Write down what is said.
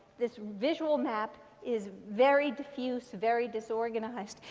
this visual map is very diffuse, very disorganized.